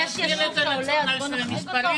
אני מנהלת תחום בכירה תכנון, מחקר